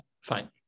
Fine